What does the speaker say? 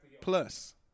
plus